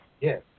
Yes